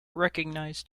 recognized